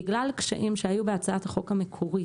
בגלל קשיים שהיו בהצעת החוק המקורית,